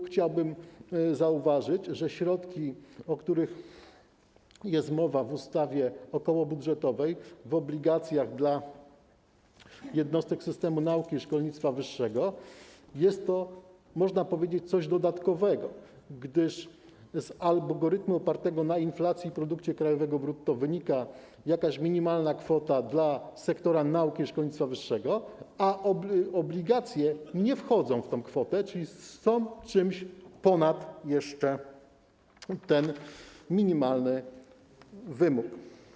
Chciałbym zauważyć, że środki, o których jest mowa w ustawie okołobudżetowej, w obligacjach dla jednostek systemu nauki i szkolnictwa wyższego to jest, można powiedzieć, coś dodatkowego, gdyż z algorytmu opartego na inflacji i produkcie krajowym brutto wynika jakaś minimalna kwota dla sektora nauki i szkolnictwa wyższego, a obligacje nie wchodzą w tę kwotę, czyli są czymś jeszcze ponad ten minimalny wymóg.